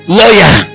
lawyer